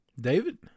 David